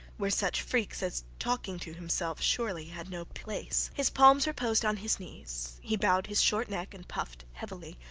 where such freaks as talking to himself surely had no place. his palms reposed on his knees, he bowed his short neck and puffed heavily,